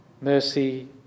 mercy